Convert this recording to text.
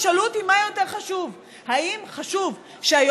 תשאלו אותי מה יותר חשוב: האם חשוב שהיועץ